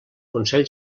consell